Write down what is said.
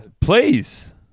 please